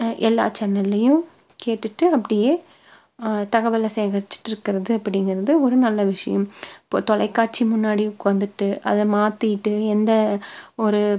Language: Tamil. எல்லா சேனல்லையும் கேட்டுட்டு அப்படியே தகவலை சேகரிச்சுகிட்டு இருக்கிறது அப்படிங்கிறது ஒரு நல்ல விஷயம் இப்போ தொலைக்காட்சி முன்னாடி உட்காந்துட்டு அதை மாற்றிட்டு எந்த ஒரு